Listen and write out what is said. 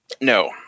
no